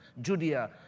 Judea